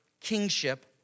kingship